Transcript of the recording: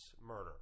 murder